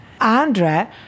Andre